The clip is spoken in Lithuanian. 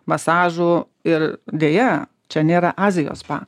masažų ir deja čia nėra azijos spa